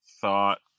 thought